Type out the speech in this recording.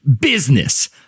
business